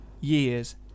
years